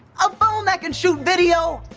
a phone that can shoot video?